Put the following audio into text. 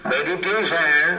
Meditation